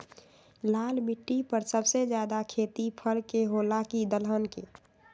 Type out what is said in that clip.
लाल मिट्टी पर सबसे ज्यादा खेती फल के होला की दलहन के?